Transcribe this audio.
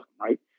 right